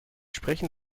sprechen